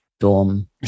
dorm